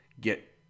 get